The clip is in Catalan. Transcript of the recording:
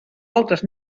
altres